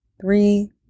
Three